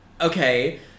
Okay